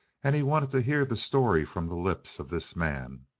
and he wanted to hear the story from the lips of this man.